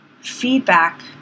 Feedback